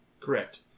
Correct